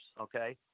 Okay